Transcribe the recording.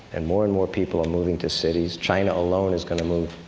and more and more people are moving to cities. china alone is going to move